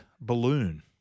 balloon